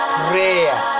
prayer